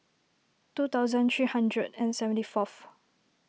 two thousand three hundred and seventy fourth